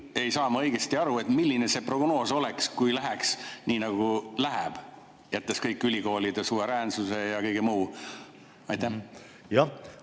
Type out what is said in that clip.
ei saa ma õigesti aru? Milline see prognoos oleks, kui läheks nii, nagu läheb? Jättes [kõrvale] ülikoolide suveräänsuse ja kõik muu. Aitäh!